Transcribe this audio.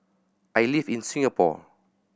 I live in Singapore